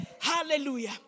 Hallelujah